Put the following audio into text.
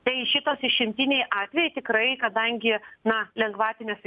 tai šitas išimtiniai atvejai tikrai kadangi na lengvatines